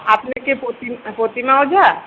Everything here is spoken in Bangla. আপনি কি প্রতিম প্রতিমা ওঝা